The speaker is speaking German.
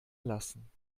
lassen